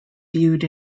viewed